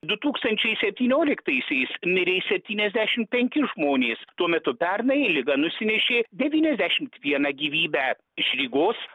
du tūkstančiai septynioliktaisiais mirė septyniasdešimt penki žmonės tuo metu pernai liga nusinešė devyniasdešimt vieną gyvybę iš rygos